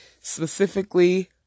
specifically